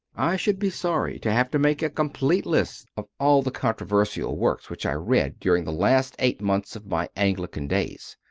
i should be sorry to have to make a complete list of all the controversial works which i read during the last eight months of my anglican days.